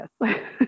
Yes